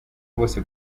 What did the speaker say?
bose